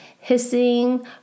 hissing